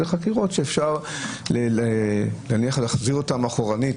זה חקירות שאפשר להחזיר אותם אחורנית,